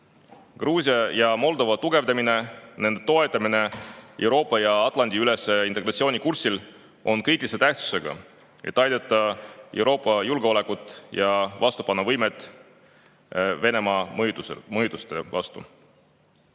Gruusia ja Moldova tugevdamine, nende toetamine Euroopa ja Atlandi-ülese integratsiooni kursil on kriitilise tähtsusega, et [kasvatada] Euroopa julgeolekut ja võimet Venemaa mõjutustele vastu